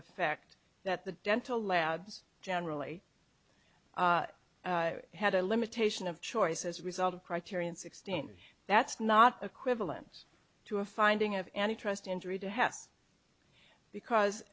effect that the dental labs generally had a limitation of choice as a result of criterion sixteen that's not equivalent to a finding of any trust injury to has because